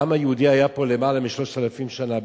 העם היהודי היה פה למעלה מ-3,000 שנה.